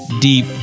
deep